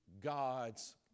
God's